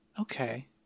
Okay